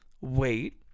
wait